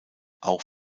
auch